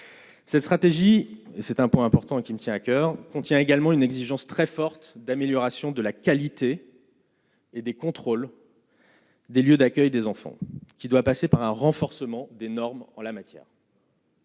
Cette stratégie, c'est un point important qui me tient à coeur, contient également une exigence très forte d'amélioration de la qualité. Et des contrôles. Des lieux d'accueil des enfants qui doit passer par un renforcement des normes en la matière.